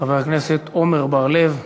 חבר הכנסת עמר בר-לב.